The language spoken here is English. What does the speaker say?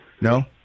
No